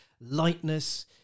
lightness